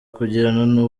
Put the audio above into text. kugirana